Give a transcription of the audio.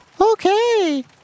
Okay